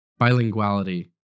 bilinguality